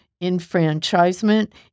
enfranchisement